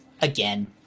again